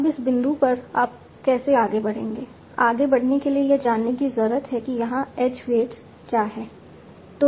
अब इस बिंदु पर आप कैसे आगे बढ़ेंगे आगे बढ़ने के लिए यह जानने की जरूरत है कि यहां एज वेट्स क्या है